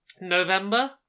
November